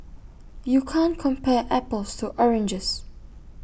you can't compare apples to oranges